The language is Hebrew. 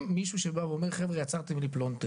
מישהו שבא ואומר "חבר'ה יצרתם לי פלונטר",